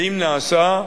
ואם נעשה,